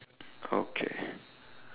okay